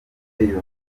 yongeye